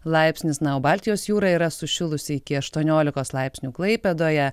laipsnis na o baltijos jūra yra sušilusi iki aštuoniolikos laipsnių klaipėdoje